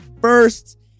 first